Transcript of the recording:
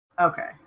Okay